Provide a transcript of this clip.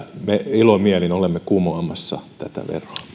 ilomielin olemme kumoamassa tätä